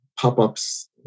pop-ups